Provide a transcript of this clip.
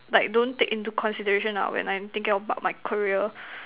like don't take into consideration ah when I'm thinking about my career